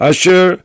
Asher